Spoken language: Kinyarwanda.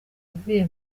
avuye